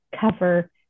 cover